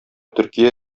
төркия